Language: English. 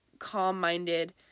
calm-minded